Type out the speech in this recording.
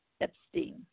Epstein